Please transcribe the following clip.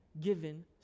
given